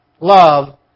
Love